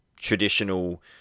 traditional